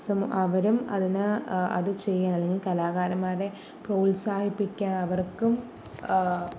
അവരും അതിന് അത് ചെയ്യണം അല്ലെങ്കിൽ കലാകാരന്മാരെ പ്രോത്സാഹിപ്പിക്കാൻ അവർക്കും